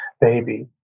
baby